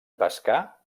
pescar